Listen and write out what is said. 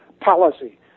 policy